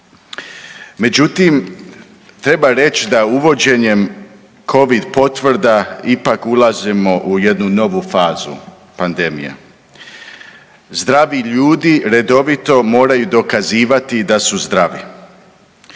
Međutim, treba reći da uvođenjem Covid potvrda ipak ulazimo u jednu novu fazu pandemije. Zdravi ljudi redovito moraju dokazivati da su zdravi.